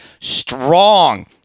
strong